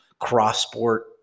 Crossport